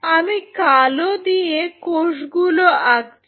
আমি কালো দিয়ে কোষগুলো আঁকছি